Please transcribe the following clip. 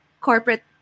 corporate